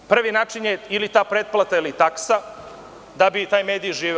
Prvi način je ili ta pretplata ili taksa da bi taj mediji živeo.